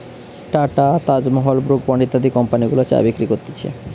tata, Taj Mahal, Brooke Bond ইত্যাদি company গুলা চা বিক্রি করতিছে